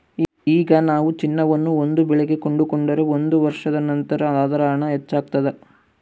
ಈಗ ನಾವು ಚಿನ್ನವನ್ನು ಒಂದು ಬೆಲೆಗೆ ಕೊಂಡುಕೊಂಡರೆ ಒಂದು ವರ್ಷದ ನಂತರ ಅದರ ಹಣ ಹೆಚ್ಚಾಗ್ತಾದ